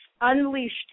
unleashed